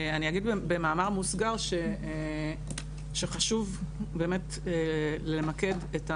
אני אגיד במאמר מוסגר שחשוב באמת למקד את האמירות,